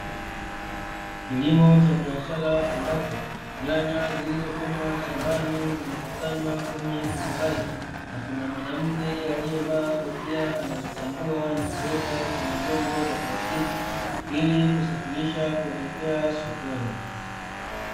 Kilimo cha biashara, ambapo nyanya zilizovunwa shambani zimekusanywa kwenye turubai, na kuna mwanamke aliyevaa kofia anazichambua na kuweka kwenye vyombo vya plastiki, ili kusafirisha kuelekea sokoni.